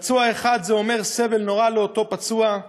פצוע אחד זה אומר סבל נורא לאותו פצוע,